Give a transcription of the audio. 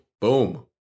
Boom